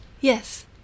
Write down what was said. Yes